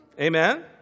Amen